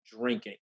drinking